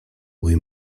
mój